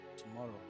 Tomorrow